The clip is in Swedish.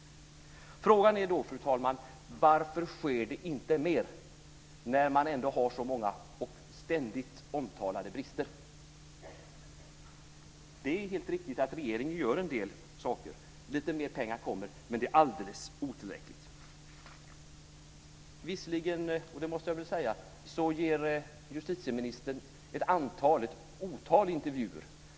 Frågan är då, fru talman, varför det inte sker mer när det finns så många och ständigt omtalade brister. Det är helt riktigt att regeringen gör en del saker, lite mer pengar kommer, men det är alldeles otillräckligt. Visserligen ger justitieministern ett otal intervjuer.